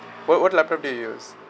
what what laptop do you use